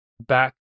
back